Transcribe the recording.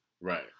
Right